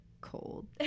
cold